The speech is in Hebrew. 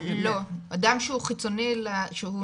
לא, אדם שהוא חיצוני, שהוא ניטראלי.